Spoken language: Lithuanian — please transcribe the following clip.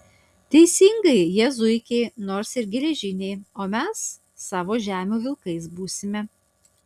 teisingai jie zuikiai nors ir geležiniai o mes savo žemių vilkais būsime